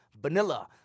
vanilla